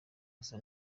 aza